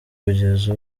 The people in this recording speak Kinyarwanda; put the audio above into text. kugeza